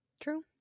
True